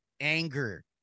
anger